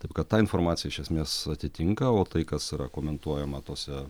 taip kad ta informacija iš esmės atitinka o tai kas yra komentuojama tose